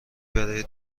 برای